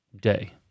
Day